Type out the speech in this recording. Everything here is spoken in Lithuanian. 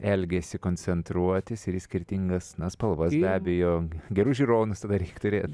elgesį koncentruotis ir į skirtingas spalvas be abejo gerus žiūronus reik turėt